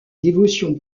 dévotion